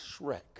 Shrek